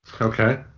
Okay